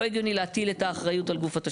לא הגיוני להטיל את האחריות על גוף התשתית.